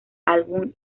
álbum